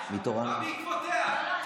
מה בעקבותיה?